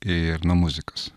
ir nuo muzikas